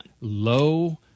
Low